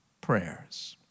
prayers